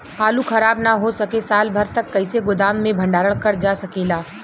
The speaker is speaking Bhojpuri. आलू खराब न हो सके साल भर तक कइसे गोदाम मे भण्डारण कर जा सकेला?